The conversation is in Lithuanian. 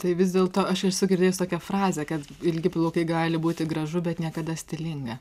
tai vis dėlto aš esu girdėjęs tokią frazę kad ilgi plaukai gali būti gražu bet niekada stilinga